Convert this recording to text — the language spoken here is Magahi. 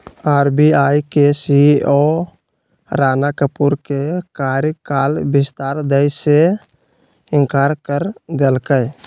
आर.बी.आई के सी.ई.ओ राणा कपूर के कार्यकाल विस्तार दय से इंकार कर देलकय